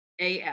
AF